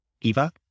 Eva